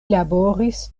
laboris